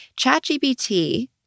ChatGPT